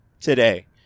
today